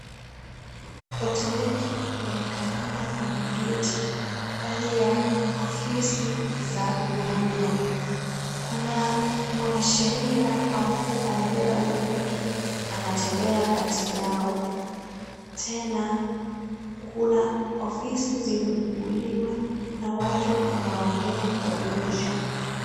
Watu wengi wamekalia kwenye viti ndani ya ofisi za Huduma. Kuna mwanasheria ambaye amebeba bunduki anatembea kati yao, tena kuna ofisi zimefunguliwa na watu wanaongea kwa ndirisha.